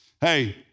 hey